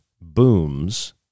Booms